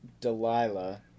Delilah